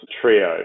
trio